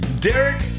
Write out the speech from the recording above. derek